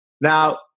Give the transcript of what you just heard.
Now